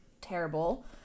terrible